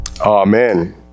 amen